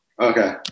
Okay